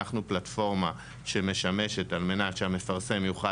אנחנו פלטפורמה שמשמשת על-מנת שהמפרסם יוכל